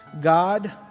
God